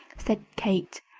said kate.